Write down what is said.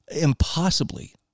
impossibly